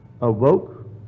awoke